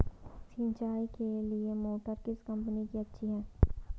सिंचाई के लिए मोटर किस कंपनी की अच्छी है?